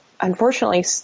unfortunately